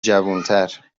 جوانتر